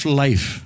life